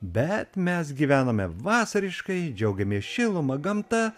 bet mes gyvename vasariškai džiaugiamės šiluma gamta